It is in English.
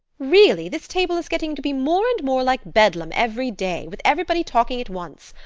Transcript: really, this table is getting to be more and more like bedlam every day, with everybody talking at once.